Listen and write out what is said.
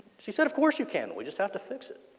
she said of course you can, we just have to fix it.